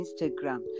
Instagram